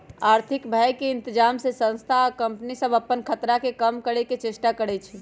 आर्थिक भय के इतजाम से संस्था आ कंपनि सभ अप्पन खतरा के कम करए के चेष्टा करै छै